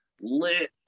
lit